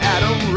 Adam